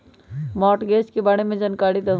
Mortgage के बारे में जानकारी देहु?